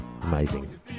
amazing